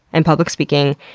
and public speaking,